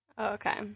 Okay